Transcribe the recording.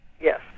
Yes